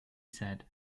said